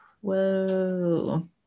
whoa